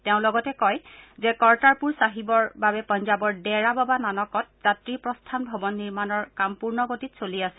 তেওঁ লগতে কয় যে কৰ্টাৰপুৰ চাহিবৰ বাবে পঞ্জাৱৰ দেৰা বাবা নানকত যাত্ৰী প্ৰস্থান ভৱন নিৰ্মাণৰ কাম পূৰ্ণগতিত চলি আছে